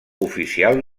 oficial